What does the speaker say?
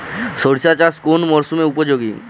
সরিষা চাষ কোন মরশুমে উপযোগী?